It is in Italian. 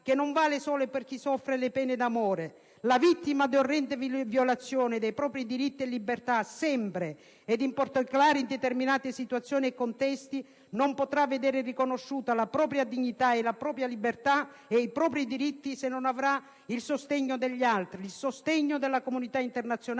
che non vale solo per chi soffre le pene d'amore: la vittima di orrende violazioni dei propri diritti e libertà, sempre, ed in particolare in determinate situazioni e contesti, non potrà vedere riconosciuta la propria dignità, la propria libertà e i propri diritti se non avrà il sostegno degli altri, il sostegno della comunità internazionale